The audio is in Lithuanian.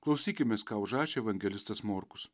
klausykimės ką užrašė evangelistas morkus